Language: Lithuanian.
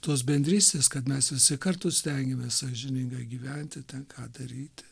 tos bendrystės kad mes visi kartu stengiamės sąžiningai gyventi ten ką daryti